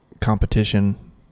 competition